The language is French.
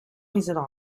résident